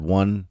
one